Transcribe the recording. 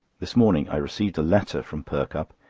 this morning i receive a letter from perkupp,